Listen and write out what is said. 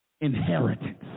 Inheritance